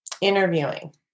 interviewing